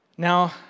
Now